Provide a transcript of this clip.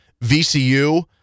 VCU